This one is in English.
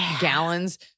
gallons